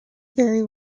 very